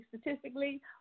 Statistically